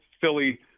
Philly